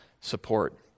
support